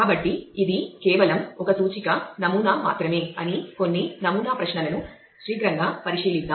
కాబట్టి ఇది కేవలం ఒక సూచిక నమూనా మాత్రమే అని కొన్ని నమూనా ప్రశ్నలను శీఘ్రంగా పరిశీలిద్దాం